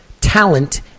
talent